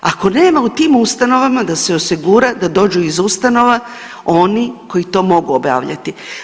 Ako nema u tim ustanovama da se osigura da dođu iz ustanova oni koji to mogu obavljati.